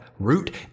Root